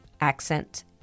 accent